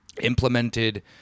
implemented